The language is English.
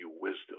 wisdom